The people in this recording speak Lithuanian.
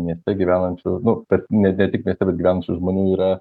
mieste gyvenančių nu tat ne tik mieste bet gyvenančių žmonių yra